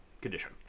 condition